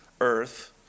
earth